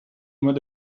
mois